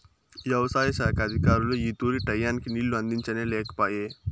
యవసాయ శాఖ అధికారులు ఈ తూరి టైయ్యానికి నీళ్ళు అందించనే లేకపాయె